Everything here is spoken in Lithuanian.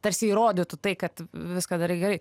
tarsi įrodytų tai kad viską darai gerai